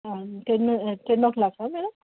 ten ten O clock madam